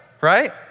right